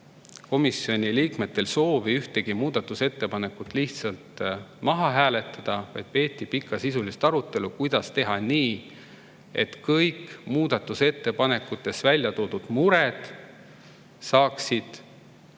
komisjoni liikmetel soovi ühtegi muudatusettepanekut lihtsalt maha hääletada, vaid peeti pikka sisulist arutelu selle üle, kuidas teha nii, et kõik muudatusettepanekutes välja toodud mured saaksid